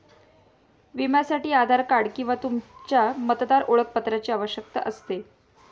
विम्यासाठी आधार कार्ड किंवा तुमच्या मतदार ओळखपत्राची आवश्यकता असते